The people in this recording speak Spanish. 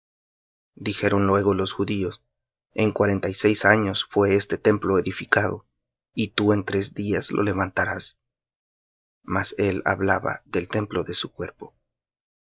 dijeron luego los judíos en cuarenta y seis años fué este templo edificado y tú en tres días lo levantarás mas él hablaba del templo de su cuerpo